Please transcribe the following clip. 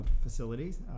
facilities